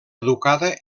educada